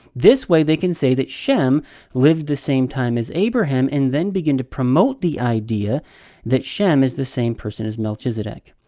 this way, they can say that shem lived the same time as abraham and then begin to promote the idea that shem is the same person as melchizedek.